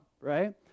right